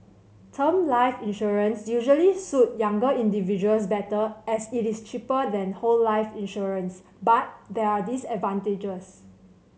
term life insurance usually suit younger individuals better as it is cheaper than whole life insurance but there are disadvantages